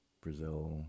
Brazil